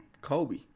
Kobe